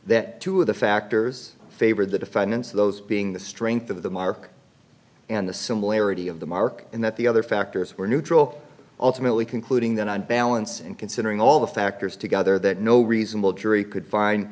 that two of the factors favored the defendants those being the strength of the market and the similarity of the market and that the other factors were neutral ultimately concluding that on balance and considering all the factors together that no reasonable jury could find